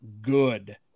good